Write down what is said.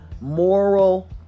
Moral